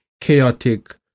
chaotic